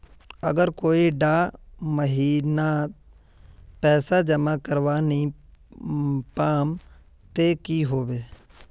अगर कोई डा महीनात पैसा जमा करवा नी पाम ते की होबे?